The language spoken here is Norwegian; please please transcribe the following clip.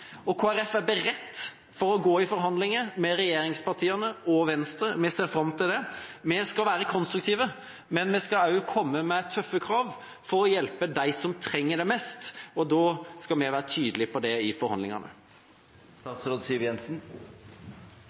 er beredt til å gå i forhandlinger med regjeringspartiene og Venstre – vi ser fram til det. Vi skal være konstruktive, men vi skal også komme med tøffe krav for å hjelpe dem som trenger det mest. Vi skal være tydelige på det i